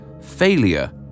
failure